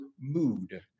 mood